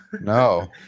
no